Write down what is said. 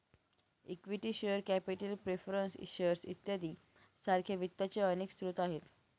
equity share capital preference shares इत्यादी सारख्या वित्ताचे अनेक स्रोत आहेत